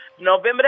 November